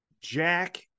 Jack